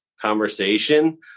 conversation